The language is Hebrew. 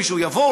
מישהו יבוא,